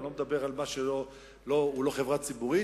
ואני לא מדבר על מה שהוא לא חברה ציבורית.